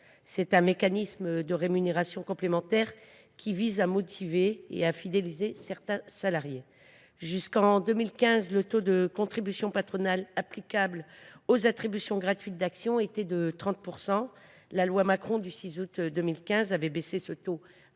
selon un mécanisme de rémunération complémentaire qui vise à motiver et à fidéliser certains salariés. Jusqu’en 2015, le taux de contribution patronale applicable aux attributions gratuites d’action était de 30 %. La loi du 6 août 2015 pour la croissance,